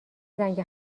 زنگ